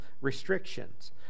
restrictions